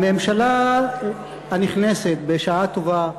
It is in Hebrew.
הממשלה הנכנסת, בשעה טובה,